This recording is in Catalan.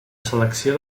selecció